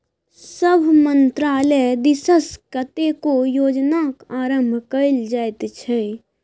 सभ मन्त्रालय दिससँ कतेको योजनाक आरम्भ कएल जाइत छै